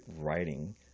writing